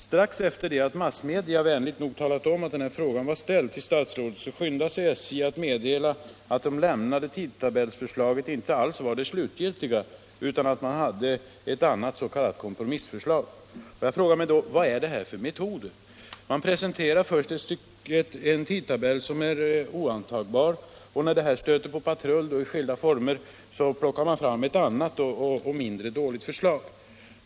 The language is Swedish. Strax efter det att massmedia vänligt nog talat om att denna fråga var ställd till statsrådet skyndade sig SJ att meddela att det lämnade tidtabellsförslaget inte alls var det slutgiltiga, utan att man hade ett annat s.k. kompromissförslag. Vad är detta för metoder? Man presenterar först ett oantagbart förslag till tidtabell, och när det stöter på patrull i skilda former plockar man fram ett annat, mindre dåligt förslag.